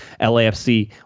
LAFC